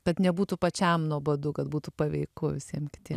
kad nebūtų pačiam nuobodu kad būtų paveiku visiem kitiem